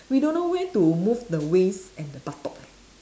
we don't know where to move the waist and the buttock eh